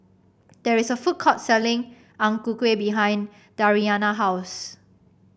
there is a food court selling Ang Ku Kueh behind Dariana house